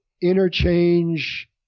interchange